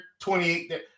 28